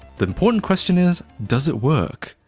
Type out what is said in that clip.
the important question is does it work?